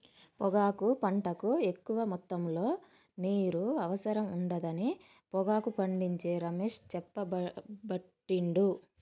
పొగాకు పంటకు ఎక్కువ మొత్తములో నీరు అవసరం ఉండదని పొగాకు పండించే రమేష్ చెప్పబట్టిండు